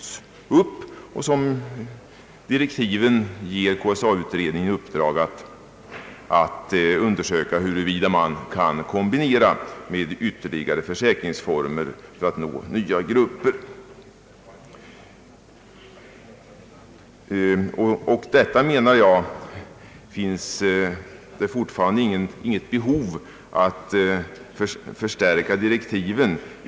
KSA-utredningen har ju också enligt sina direktiv i uppdrag att undersöka huruvida man kan kombinera denna försäkring med ytterligare försäkringsformer för att nå nya grupper. Därför menar jag fortfarande att det inte finns något behov av att komplettera direktiven.